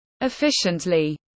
efficiently